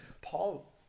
Paul